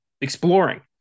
exploring